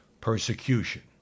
persecution